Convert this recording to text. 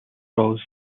roos